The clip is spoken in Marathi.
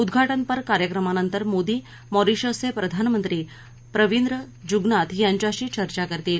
उद्घाटनपर कार्यक्रमानंतर मोदी मॉरिशसचे प्रधानमंत्री प्रविद जुगनाथ यांच्याशी चर्चा करतील